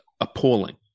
appalling